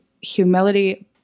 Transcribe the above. humility